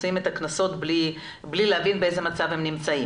שמוציאים את הקנסות בלי להבין באיזה מצב הם נמצאים.